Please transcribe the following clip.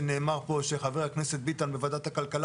שנאמר פה שחבר הכנסת ביטן בוועדת הכלכלה